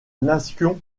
nation